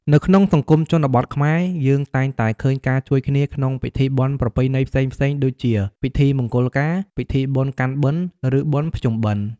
នៅក្នុងសង្គមជនបទខ្មែរ យើងតែងតែឃើញការជួយគ្នាក្នុងពិធីបុណ្យប្រពៃណីផ្សេងៗដូចជាពិធីមង្គលការ ពិធីបុណ្យកាន់បិណ្ឌ ឬបុណ្យភ្ជុំបិណ្ឌ។